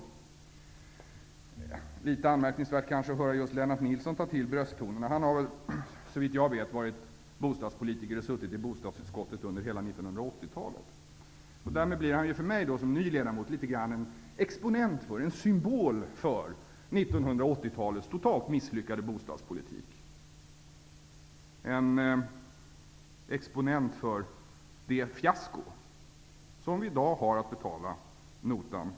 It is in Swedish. Det är litet anmärkningsvärt att höra just Lennart Nilsson ta till brösttoner. Han har såvitt jag vet varit bostadspolitiker och suttit i bostadsutskottet under hela 1980-talet. Därmed blir han för mig, som ny ledamot, litet grand en exponent, en symbol, för 1980-talets totalt misslyckade bostadspolitik. Han blir en exponent för det fiasko som vi i dag har att betala notan för.